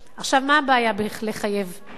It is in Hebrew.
עכשיו, מה הבעיה של איך לחייב בתי-ספר,